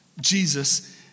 Jesus